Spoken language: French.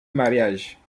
mariage